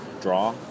draw